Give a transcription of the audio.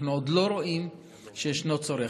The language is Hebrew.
אנחנו עוד לא רואים שישנו צורך.